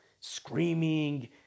Screaming